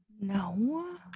No